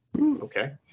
okay